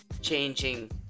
changing